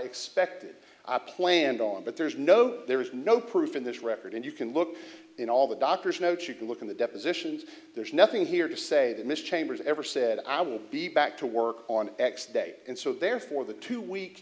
expected i planned on but there's no there's no proof in this record and you can look in all the doctor's notes you can look in the depositions there's nothing here to say that mr chambers ever said i will be back to work on x day and so therefore the two week